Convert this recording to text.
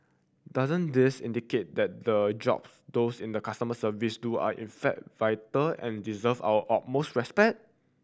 doesn't this indicate that the jobs those in the customer service do are in fact vital and deserve our utmost respect